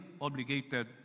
obligated